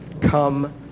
come